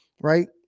right